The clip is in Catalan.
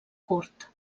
curt